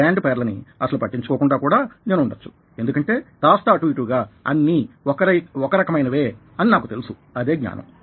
brand పేర్లని అసలు పట్టించుకోకుండా కూడా నేను ఉండ వచ్చు ఎందుకంటే కాస్త అటూ ఇటూ గా అన్నీ ఒక రకమైనవే అని నాకు తెలుసు అదే జ్ఞానం